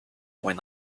when